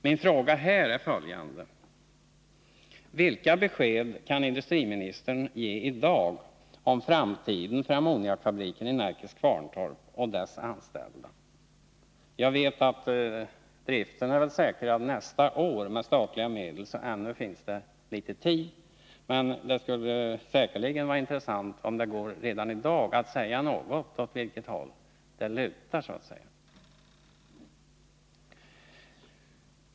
Min fråga här är följande: Jag vet att driften är väl säkrad nästa år med statliga medel, varför det ännu finns litet tid. Men det skulle säkerligen vara intressant att höra om det redan i dag går att säga åt vilket håll det lutar.